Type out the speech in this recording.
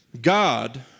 God